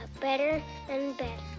better and better.